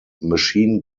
machine